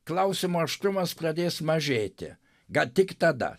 klausimų aštrumas pradės mažėti ga tik tada